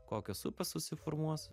kokios upės susiformuos